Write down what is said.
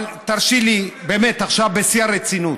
אבל תרשי לי באמת עכשיו, בשיא הרצינות.